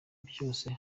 byose